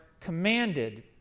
commanded